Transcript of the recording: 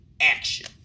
action